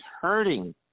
hurting